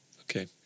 Okay